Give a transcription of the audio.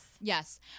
Yes